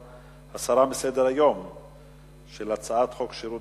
להסיר מסדר-היום של הכנסת את הצעת חוק שירות